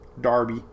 Darby